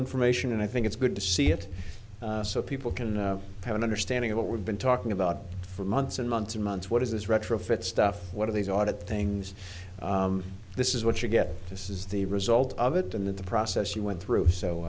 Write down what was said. information and i think it's good to see it so people can have an understanding of what we've been talking about for months and months and months what is this retrofit stuff what are these audit things this is what you get this is the result of it and in the process she went through